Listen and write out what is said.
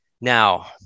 Now